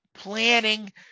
planning